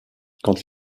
quand